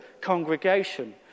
congregation